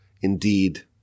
indeed